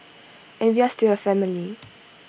and we are still A family